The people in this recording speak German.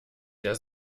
der